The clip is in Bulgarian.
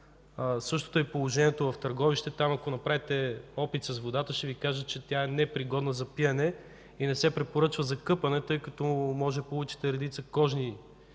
Същото е положението и в Търговище. Ако там направите опит с водата, ще Ви кажат, че е непригодна за пиене и не се препоръчва за къпане, тъй като можете да получите кожни